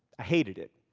i hated it.